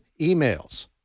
emails